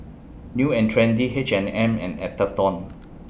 New and Trendy H and M and Atherton